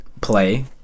play